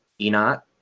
Enoch